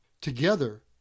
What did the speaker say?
Together